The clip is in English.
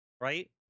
Right